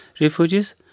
refugees